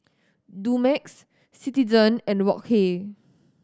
Dumex Citizen and Wok Hey